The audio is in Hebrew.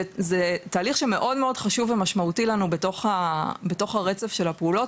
זה תהליך שמאוד מאוד חשוב ומשמעותי לנו בתוך הרצף של הפעולות,